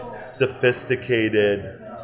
sophisticated